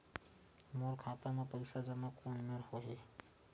मोर खाता मा पईसा जमा कोन मेर होही?